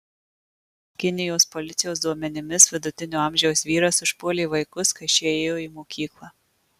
kinijos policijos duomenimis vidutinio amžiaus vyras užpuolė vaikus kai šie ėjo į mokyklą